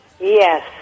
Yes